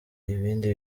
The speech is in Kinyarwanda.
ibindi